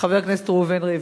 חבר הכנסת ראובן ריבלין,